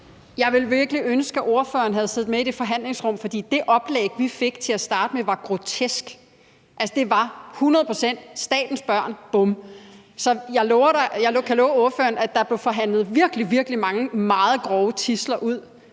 Jeg ville virkelig ønske, at ordføreren havde siddet med i det forhandlingsrum. For det oplæg, vi fik til at starte med, var grotesk. Altså, det var 100 pct. statens børn – bum. Så jeg kan love ordføreren, at der blev forhandlet virkelig, virkelig mange grove tidsler ud,